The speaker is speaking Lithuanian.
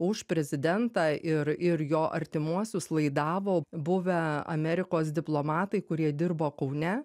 už prezidentą ir ir jo artimuosius laidavo buvę amerikos diplomatai kurie dirbo kaune